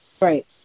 Right